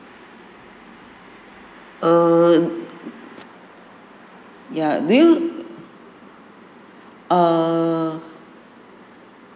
err ya do you err